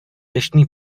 deštný